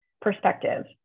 perspective